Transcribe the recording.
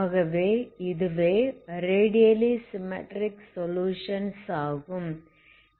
ஆகவே இதுவே radially symmetric solutions ஆகும்